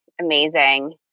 amazing